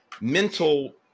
mental